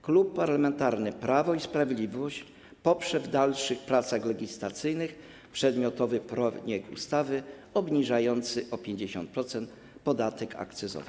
Klub Parlamentarny Prawo i Sprawiedliwości poprze w dalszych pracach legislacyjnych przedmiotowy projekt ustawy, obniżający o 50% podatek akcyzowy.